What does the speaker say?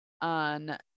on